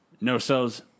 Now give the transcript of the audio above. No-Cells